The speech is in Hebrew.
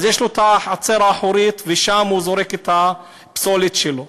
יש לו חצר אחורית ושם הוא זורק את הפסולת שלו.